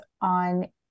on